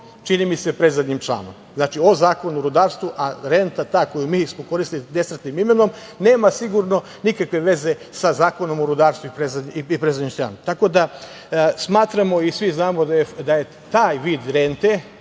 čini mi se, predzadnjim članom Zakona o rudarstvu. Renta koju smo mi koristili nesretnim imenom, nema sigurno nikakve veze sa Zakonom o rudarstvu i predzadnjim članom, tako da smatramo i svi znamo da je taj vid rente